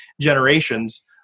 generations